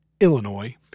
Illinois